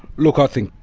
look, i think,